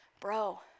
bro